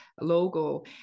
logo